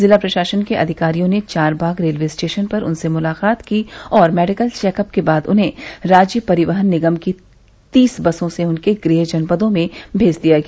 जिला प्रशासन के अधिकारियों ने चारबाग रेलवे स्टेशन पर उनसे मुलाकात की और मेडिकल चेकअप के बाद उन्हे राज्य परिवहन निगम की तीस बसों से उनके गृह जनपदों को भेज दिया गया